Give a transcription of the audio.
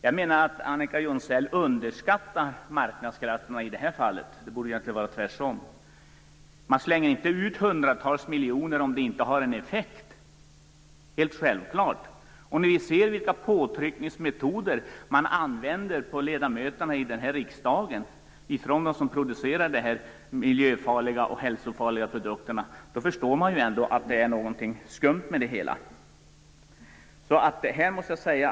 Jag menar att Annika Jonsell i det här fallet underskattar marknadskrafterna - det borde egentligen vara tvärtom. Man slänger självfallet inte ut hundratals miljoner om det inte har effekt. När man ser vilka påtryckningsmetoder de som producerar de här miljöfarliga och hälsofarliga produkterna använder på ledamöterna i den här riksdagen förstår man att det är något skumt med det hela.